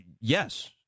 Yes